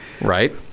Right